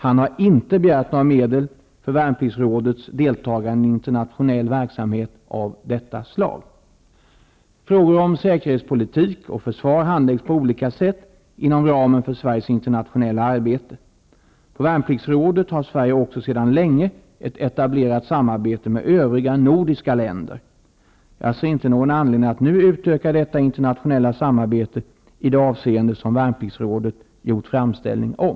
Han har inte begärt några medel för värnpliktsrådets del tagande i internationell verksamhet av detta slag. Frågor om säkerhetspolitik och försvar handläggs på olika sätt inom ramen för Sveriges internationella arbete. På värnpliktsområdet har Sverige också sedan länge ett etablerat samarbete med övriga nordiska länder. Jag ser inte någon anledning att nu utöka detta internationella samarbete i det avseende som värnpliktsrådet gjort framställning om.